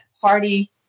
party